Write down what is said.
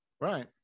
right